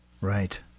Right